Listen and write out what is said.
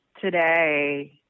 today